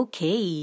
Okay